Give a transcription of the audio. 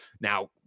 Now